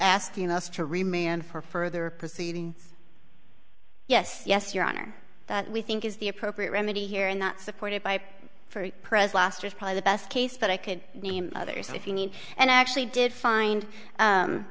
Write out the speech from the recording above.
asking us to remain for further proceeding yes yes your honor that we think is the appropriate remedy here and not supported by for pres last probably the best case that i could name others if you need and i actually did find